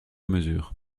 mesure